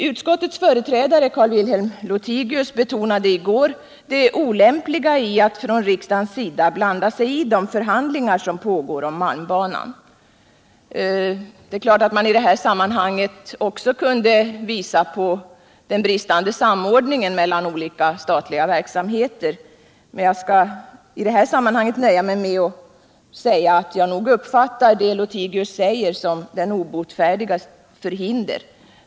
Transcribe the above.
Utskottets företrädare Carl-Wilhelm Lothigius betonade i går det olämpliga i att från riksdagens sida blanda sig i de förhandlingar som pågår om malmbanan. Det är klart att man i detta sammanhang också kunde visa på den bristande samordningen mellan olika statliga verksamheter, men jag skall nu nöja mig med att säga att jag uppfattar det som Carl-Wilhelm Lothigius anför som den obotfärdiges förhinder.